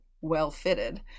well-fitted